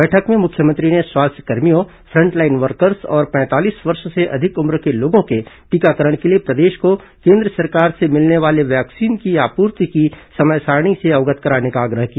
बैठक में मुख्यमंत्री ने स्वास्थ्यकर्मियों फ्रंटलाइन वर्कर्स और पैंतालीस वर्ष से अधिक उम्र के लोगों के टीकाकरण के लिए प्रदेश को केंद्र सरकार से मिलने वाले वैक्सीन की आपूर्ति की समय सारणी से अवगत कराने का आग्रह किया